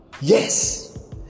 yes